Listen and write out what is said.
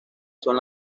son